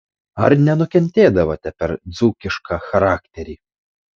ar nenukentėdavote per dzūkišką charakterį